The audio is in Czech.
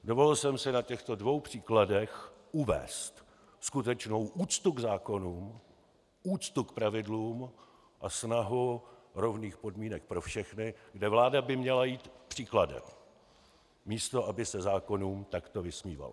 Dovolil jsem si na těchto dvou příkladech uvést skutečnou úctu k zákonům, úctu k pravidlům a snahu rovných podmínek pro všechny, kde vláda by měla jít příkladem, místo aby se zákonům takto vysmívala.